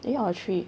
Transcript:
eh or three